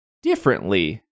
Differently